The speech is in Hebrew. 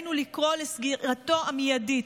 עלינו לקרוא לסגירתו המיידית,